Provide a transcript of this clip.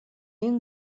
این